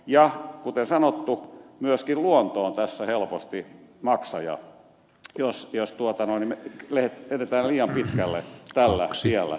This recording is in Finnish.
ja kuten sanottu myöskin luonto on tässä helposti maksaja jos edetään liian pitkälle tällä tiellä